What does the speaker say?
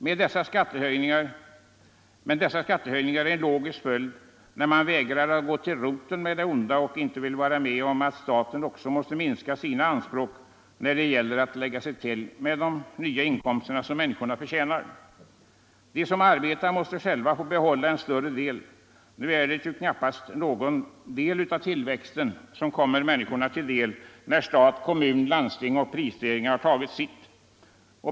Men dessa skattehöjningar är en logisk följd, när man vägrar att gå till roten med det onda och inte vill vara med om att staten också måste minska på sina anspråk då det gäller att lägga sig till med de nya inkomster som människorna förtjänar. De som arbetar måste själva få behålla mera; nu är det knappast något av tillväxten som kommer människorna till del sedan stat, kommun, landsting och prisstegringar tagit sitt.